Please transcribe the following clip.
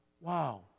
Wow